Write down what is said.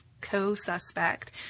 co-suspect